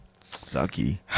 sucky